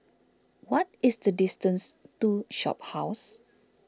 what is the distance to Shophouse